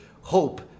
hope